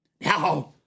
Now